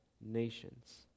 nations